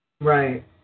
Right